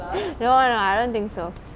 no no I don't think so